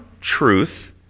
truth